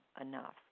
enough